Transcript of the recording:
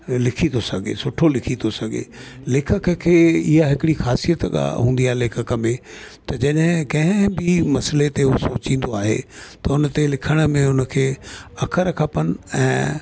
लिखी तो सघे सुठो लिखी तो सघे लेखक खे इहा हिकड़ी ख़ासियत हूंदी आहे लेखक में त जॾहिं कंहिं बि मसले ते उहो सोचींदो आहे त उन ते लिखण में उन खे अख़र खपनि ऐं